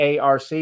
ARC